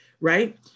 right